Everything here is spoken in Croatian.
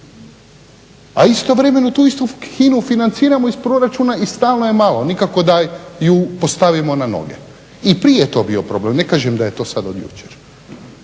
A istovremeno tu istu HINA-u financiramo iz proračuna i stalno je malo. Nikako da ju postavimo na noge. I prije je to bito problem, ne kažem da je to sada od jučer.